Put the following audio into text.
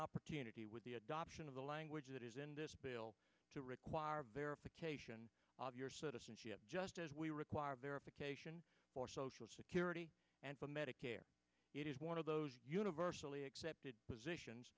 opportunity with the adoption of the language that is in this bill to require verification of your citizenship just as we require verification for social security and for medicare it is one of those universally accepted positions